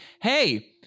Hey